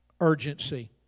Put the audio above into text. Urgency